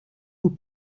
vous